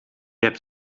hebt